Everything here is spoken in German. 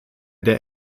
der